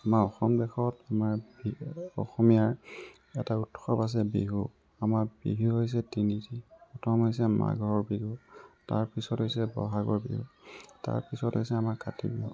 আমাৰ অসম দেশত আমাৰ অসমীয়াৰ এটা উৎসৱ আছে বিহু আমাৰ বিহু হৈছে তিনিটি প্ৰথম হৈছে মাঘৰ বিহু তাৰ পিছত হৈছে বহাগৰ বিহু তাৰপিছত হৈছে আমাৰ কাতি বিহু